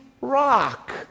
rock